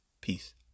Peace